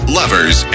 lovers